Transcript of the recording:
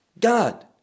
god